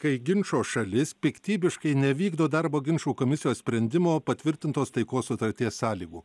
kai ginčo šalis piktybiškai nevykdo darbo ginčų komisijos sprendimo patvirtintos taikos sutarties sąlygų